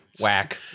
whack